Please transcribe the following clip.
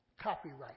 copyright